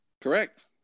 Correct